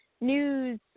news